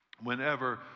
whenever